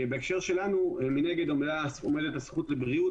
בהקשר שלנו מנגד עומדת הזכות לבריאות,